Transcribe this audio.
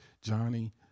Johnny